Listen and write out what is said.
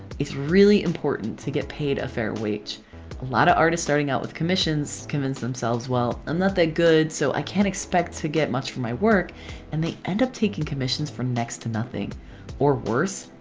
it's really important to get paid a fair wage. a lot of artists starting out with commissions convince themselves well, i'm not that good so i can't expect to get much for my work and they end up taking commissions for next to nothing or worse!